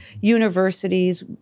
universities